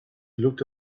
looked